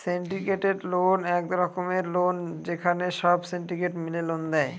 syndicated loan এক রকমের loan যেখানে সব সিন্ডিকেট মিলে লোন দেয়